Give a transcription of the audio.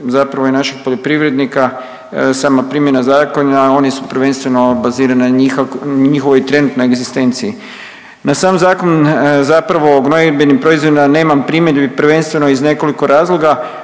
zapravo i naših poljoprivrednika, sama primjena zakona. Oni su prvenstveno bazirana na njihovoj trenutnoj egzistenciji. Na sam zakon zapravo o gnojidbenim proizvodima nemam primjedbi prvenstveno iz nekoliko razloga.